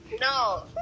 No